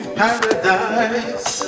paradise